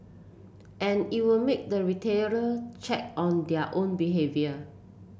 and it will make the retailer check on their own behaviour